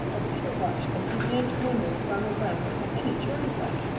as peter watched them he began to wonder if farmer brown would have any cherries left.